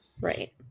Right